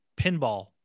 pinball